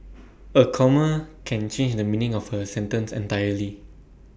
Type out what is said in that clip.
A comma can change the meaning of A sentence entirely